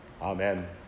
Amen